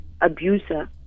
abuser